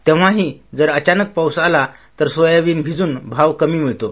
तेव्हा ही जर अचानक पाऊस आला तर सोयाबीन भिजून भाव कमी मिळतो